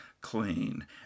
clean